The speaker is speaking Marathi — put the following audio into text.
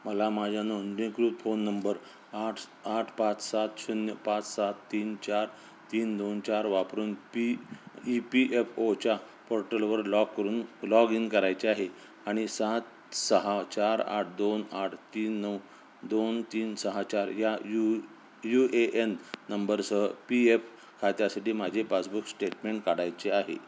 मला माझ्या नोंदणीकृत फोन नंबर आठ आठ पाच सात शून्य पाच सात तीन चार तीन दोन चार वापरून पी ई पी एफ ओच्या पोर्टलवर लॉग करून लॉग इन करायचे आहे आणि सात सहा चार आठ दोन आठ तीन नऊ दोन तीन सहा चार या यू यू ए एन नंबरसह पी एफ खात्यासाठी माझे पासबुक स्टेटमेंट काढायचे आहे